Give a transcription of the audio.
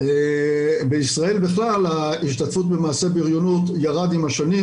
בישראל בכלל ההשתתפות במעשי בריונות ירדה עם השנים